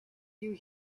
you